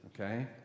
okay